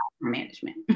management